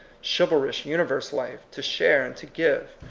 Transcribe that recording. chivalrous uni verse-life, to share and to give,